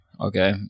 okay